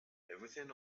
everything